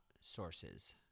Sources